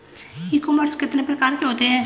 ई commerce कितने प्रकार के होते हैं?